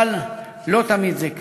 אבל לא תמיד זה כך.